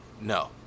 No